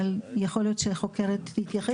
אבל יכול להיות שהחוקרת תתייחס לזה.